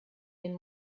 den